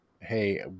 hey